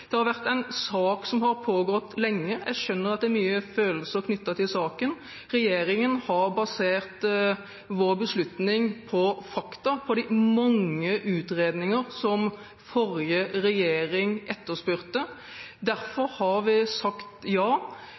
Det har vært en sak som har pågått lenge. Jeg skjønner at det er mye følelser knyttet til saken. Regjeringen har basert sin beslutning på fakta, på de mange utredninger som forrige regjering etterspurte. Derfor har vi sagt ja